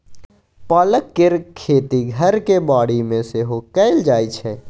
पालक केर खेती घरक बाड़ी मे सेहो कएल जाइ छै